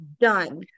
done